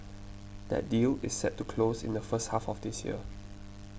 that deal is set to close in the first half of this year